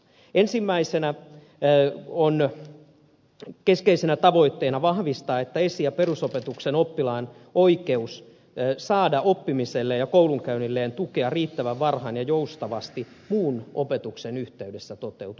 ensimmäisenä keskeisenä tavoitteena on vahvistaa että esi ja perusopetuksen oppilaan oikeus saada oppimiselleen ja koulunkäynnilleen tukea riittävän varhain ja joustavasti muun opetuksen yhteydessä toteutuu